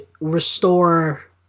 restore